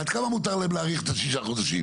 עד כמה מותר להם להאריך את ששת החודשים?